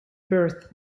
birth